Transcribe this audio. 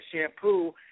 shampoo